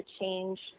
change